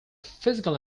physical